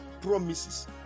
promises